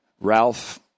Ralph